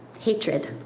Hatred